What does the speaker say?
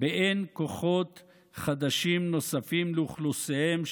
באין כוחות חדשים נוספים לאוכלוסיהם,